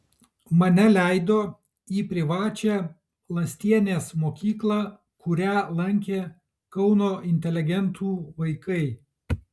mane leido į privačią lastienės mokyklą kurią lankė kauno inteligentų vaikai